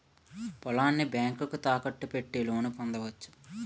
పొలాన్ని బ్యాంకుకు తాకట్టు పెట్టి లోను పొందవచ్చు